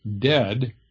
dead